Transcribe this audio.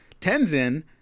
Tenzin